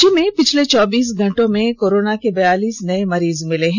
राज्य में पिछले चौबीस घंटे में कोरोना के बयालीस नए मरीज मिले हैं